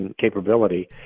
capability